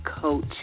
coach